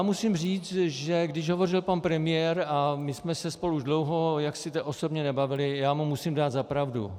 Musím říct, že když hovořil pan premiér, a my jsme se spolu už dlouho osobně nebavili, já mu musím dát za pravdu.